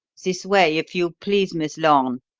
this way, if you please, miss lorne.